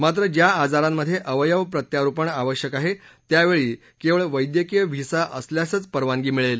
मात्र ज्या आजारांमधे अवयव प्रत्यारोपण आवश्यक आहे त्यावेळी फक्त वैद्यकीय व्हिसा असल्यासच परवानगी मिळेल